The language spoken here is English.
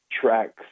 tracks